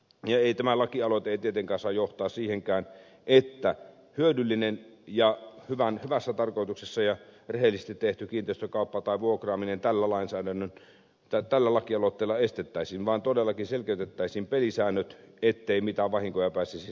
ja tämä lakialoite ei tietenkään saa johtaa siihenkään että hyödyllinen ja hyvässä tarkoituksessa ja rehellisesti tehty kiinteistökauppa tai vuokraaminen tällä lakialoitteella estettäisiin vaan todellakin selkeytettäisiin pelisäännöt ettei mitään vahinkoja pääsisi tapahtumaan